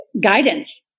guidance